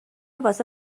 واسه